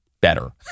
better